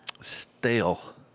stale